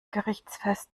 gerichtsfest